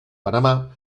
panamá